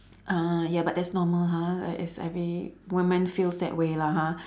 uh ya but that's normal ha like is every woman feels that way lah ha